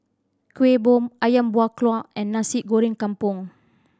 Kueh Bom Ayam Buah Keluak and Nasi Goreng Kampung